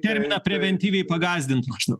terminą preventyviai pagąsdint maždau